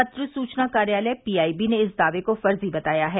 पत्र सूचना कार्यालय पीआईबी ने इस दावे को फर्जी बताया है